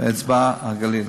אצבע-הגליל.